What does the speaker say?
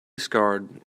scarred